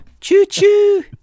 Choo-choo